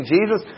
Jesus